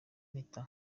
mpeta